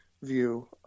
view